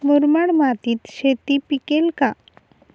मुरमाड मातीत शेती पिकेल का?